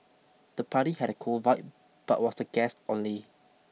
the party had a cool vibe but was the guests only